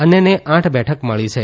અન્યને આઠ બેઠકો મળી છે